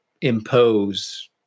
impose